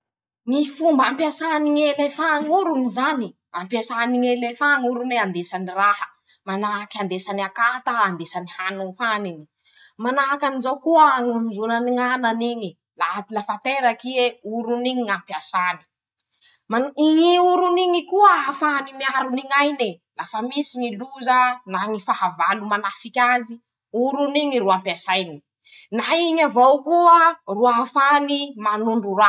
Ñy fomba ampiasany ñy elefan ñ'orony zany: -Ampiasany ñy elefan ñ'orone andesany raha. manahaky andesany akata. andesany hany ho haniny ;manahaky anizao koa añojonany ñ'anany iñy laha lafa teraky ie. oron'iñy ro ampesany ;mannn ñy oron'iñy koa hahafahany miarony ñ'aine lafa misy ñy loza na ñy fahavalo manafik'azy. oron'iñy ro ampesainy. Na iñy avao koa ro ahafahany mañondro raha.